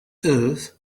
earth